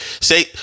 Say